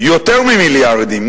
יותר ממיליארדים,